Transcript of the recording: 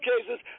cases